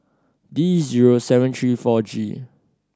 D zero seven three four G